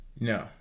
No